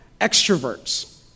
extroverts